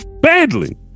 badly